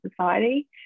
Society